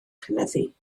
cynyddu